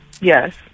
Yes